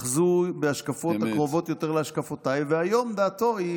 אחזו בהשקפות הקרובות יותר להשקפותיי -- אמת.